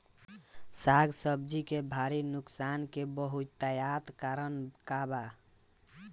साग सब्जी के भारी नुकसान के बहुतायत कारण का बा?